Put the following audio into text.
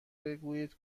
بگویید